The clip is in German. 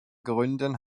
gründen